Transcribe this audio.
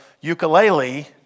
ukulele